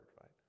right